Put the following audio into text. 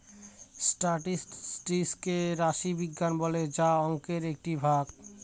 statistics কে রাশি বিজ্ঞান বলে যা অংকের একটি ভাগ